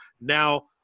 Now